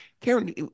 Karen